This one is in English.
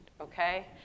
okay